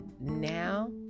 now